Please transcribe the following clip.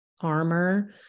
armor